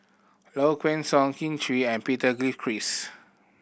Low Kway Song Kin Chui and Peter Gilchrist